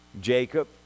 Jacob